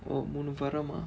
oh மூணு வரமா:moonu varamaa ah